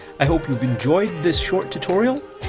i hope you've enjoyed this short tutorial.